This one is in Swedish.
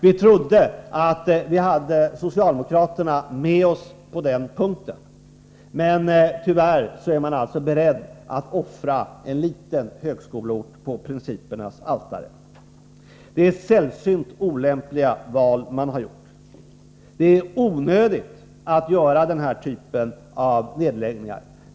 Vi trodde att vi hade socialdemokraterna med oss på den punkten, men tyvärr är de beredda att offra en liten högskoleort på principernas altare. Utskottsmajoriteten har här gjort sällsynt olämpliga val. Det är onödigt att göra den här typen av nedläggningar.